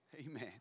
Amen